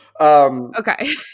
okay